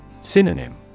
Synonym